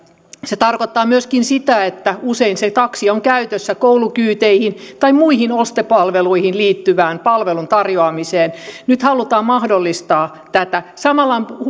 se tarkoittaa myöskin sitä että usein se taksi on käytössä koulukyyteihin tai muihin ostopalveluihin liittyvän palvelun tarjoamiseen nyt halutaan mahdollistaa tätä samalla on